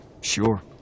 Sure